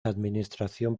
administración